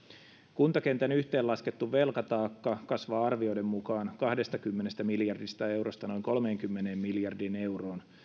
kuntakentän yhteenlaskettu velkataakka kasvaa arvioiden mukaan kahdestakymmenestä miljardista eurosta noin kolmeenkymmeneen miljardiin euroon